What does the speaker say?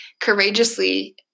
courageously